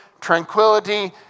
tranquility